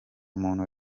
muntu